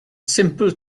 simple